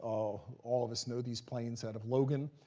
all all of us know these planes out of logan.